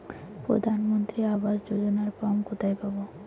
প্রধান মন্ত্রী আবাস যোজনার ফর্ম কোথায় পাব?